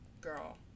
Girl